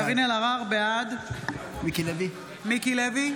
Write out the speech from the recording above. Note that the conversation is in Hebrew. קארין אלהרר, בעד מיקי לוי,